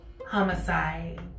Homicide